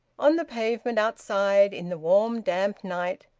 on the pavement outside, in the warm damp night,